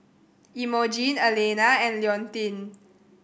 Emogene Elaina and Leontine